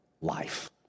life